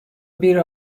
bir